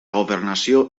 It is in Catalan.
governació